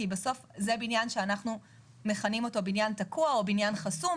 כי בסוף זה בניין שאנחנו מכנים בניין תקוע או בניין חסום,